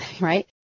right